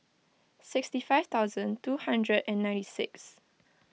sixty five thousand two hundred and ninety six